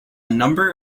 number